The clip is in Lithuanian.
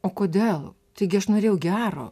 o kodėl taigi aš norėjau gero